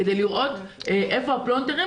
כדי לראות איפה הפלונטרים,